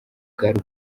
bwari